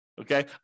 okay